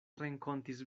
renkontis